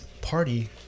party